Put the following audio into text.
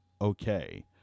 okay